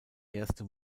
erste